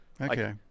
Okay